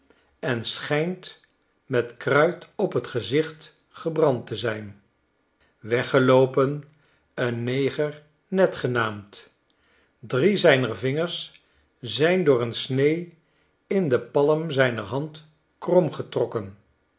en schijnt met kruit op t gezicht gebrand te zijn weggeloopen een neger ned genaamd drie zijner vingers zijn door een snee in de palm zijner hand